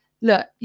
Look